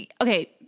okay